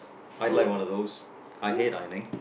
I'd like one of those I hate ironing